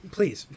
Please